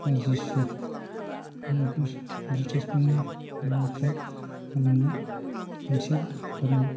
बा जिसु ब्रिटिस फोरनि गालांनाय मोनसे धर्म